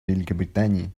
великобритании